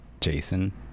Jason